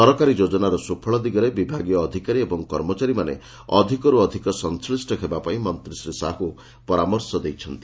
ସରକାରୀ ଯୋଜନାର ସ୍ପଫଳ ଦିଗରେ ବିଭାଗୀୟ ଅଧିକାରୀ ଏବଂ କର୍ମଚାରୀମାନେ ଅଧିକର୍ ଅଧିକ ସଂଶ୍କୀଷ ହେବା ପାଇଁ ମନ୍ତୀ ଶ୍ରୀ ସାହୁ ପରମାର୍ଶ ଦେଇଛନ୍ତି